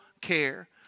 care